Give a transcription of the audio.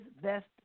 best